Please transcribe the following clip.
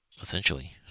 essentially